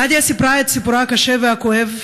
נדיה סיפרה את סיפורה הקשה והכואב,